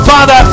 Father